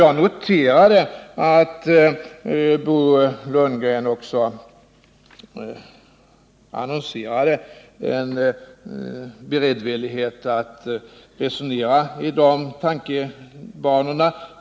Jag noterade att Bo Lundgren också annonserade en beredvillighet att resonera i dessa banor.